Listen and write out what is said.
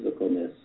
physicalness